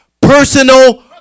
personal